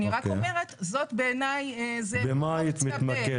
אני רק אומרת שבעיניי זה חוק --- במה היית מתמקדת?